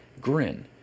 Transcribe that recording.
grin